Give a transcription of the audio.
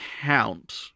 count